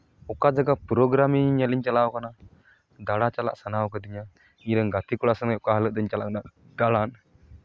ᱚᱠᱟ ᱡᱟᱭᱜᱟ ᱯᱨᱳᱜᱨᱟᱢ ᱧᱮᱞ ᱤᱧ ᱪᱟᱞᱟᱣ ᱠᱟᱱᱟ ᱫᱟᱬᱟ ᱪᱟᱞᱟᱜ ᱥᱟᱱᱟ ᱠᱟᱣᱫᱤᱧᱟ ᱤᱧᱨᱮᱱ ᱜᱟᱛᱮ ᱠᱚᱲᱟ ᱥᱟᱞᱟᱜ ᱚᱠᱟ ᱦᱤᱞᱳᱜ ᱫᱚᱧ ᱪᱟᱞᱟᱜ ᱠᱟᱱᱟ ᱫᱟᱬᱟᱱ